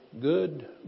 good